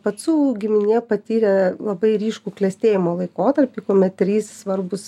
pacų giminė patyrė labai ryškų klestėjimo laikotarpį kuomet trys svarbūs